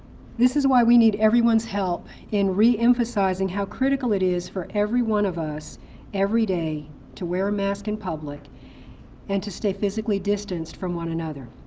this is why we need everyone's help in re-emphasizing how critical it is for everyone of us every day to wear a mask in public and to stay physically distanced from one another.